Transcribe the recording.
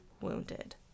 wounded